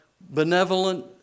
benevolent